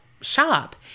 shop